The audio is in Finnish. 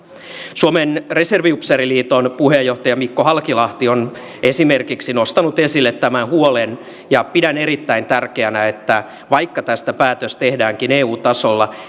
suomen reserviupseeriliiton puheenjohtaja mikko halkilahti on esimerkiksi nostanut esille tämän huolen ja pidän erittäin tärkeänä että vaikka tästä päätös tehdäänkin eu tasolla